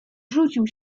rzucił